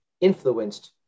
influenced